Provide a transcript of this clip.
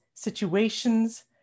Situations